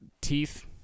teeth